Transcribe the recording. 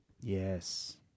Yes